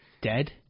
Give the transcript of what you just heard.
Dead